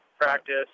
Practice